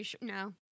No